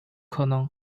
可能